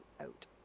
out